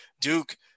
Duke